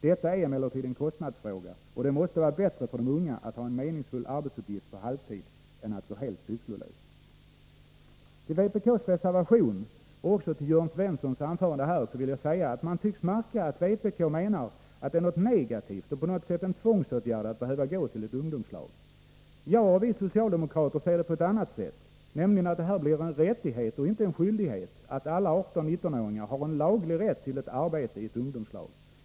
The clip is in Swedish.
Detta är emellertid en kostnadsfråga, och det måste vara bättre för den unge att ha en arbetsuppgift på halvtid än att gå helt sysslolös.” Med anledning av vpk:s reservation och även Jörn Svenssons anförande vill jag säga att vpk tycks mena att det är något negativt och på något sätt en tvångsåtgärd att behöva gå till ett ungdomslag. Vi socialdemokrater ser det på ett annat sätt, nämligen att det här blir en rättighet och inte en skyldighet, att alla 18-19-åringar har en laglig rätt till ett arbete i ett ungdomslag.